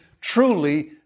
truly